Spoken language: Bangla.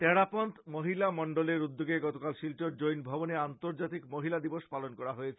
তেরা পন্থ মহিলা মন্ডলের উদ্যোগে গতকাল শিলচর জৈন ভবনে আন্তর্জাতিক মহিলা দিবস পালন করা হয়েছে